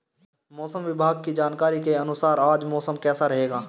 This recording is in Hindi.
मौसम विभाग की जानकारी के अनुसार आज मौसम कैसा रहेगा?